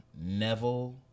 Neville